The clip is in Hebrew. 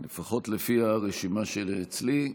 לפי הרשימה שאצלי,